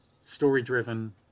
story-driven